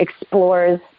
explores